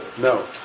No